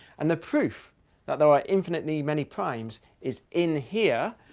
and the proof that there are infinitely many primes is in here.